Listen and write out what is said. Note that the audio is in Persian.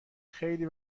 خیلی